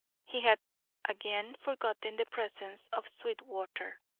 he had again forgotten the presence of sweetwater.